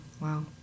Wow